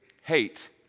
hate